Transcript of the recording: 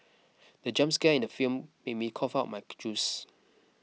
the jump scare in the film made me cough out my juice